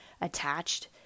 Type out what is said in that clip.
attached